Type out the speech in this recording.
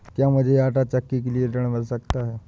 क्या मूझे आंटा चक्की के लिए ऋण मिल सकता है?